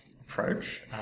approach